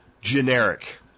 generic